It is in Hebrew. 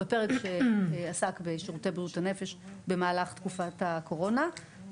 בפרק שעסק בשירותי בריאות הנפש במהלך תקופת הקורונה.